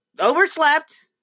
overslept